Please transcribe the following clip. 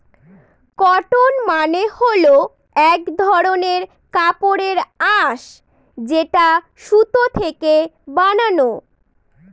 cotton মানে হল এক ধরনের কাপড়ের আঁশ যেটা সুতো থেকে বানানো